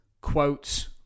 quotes